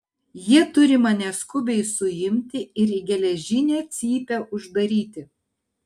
jie turi mane skubiai suimti ir į geležinę cypę uždaryti